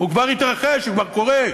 הוא כבר התרחש, הוא כבר קורה,